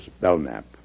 Belknap